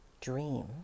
dream